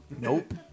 Nope